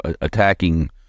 attacking